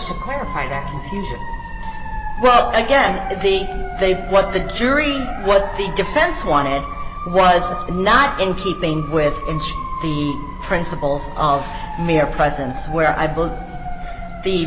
to clarify that well again i think they what the jury what the defense wanted was not in keeping with the principles of mere presence where i believe the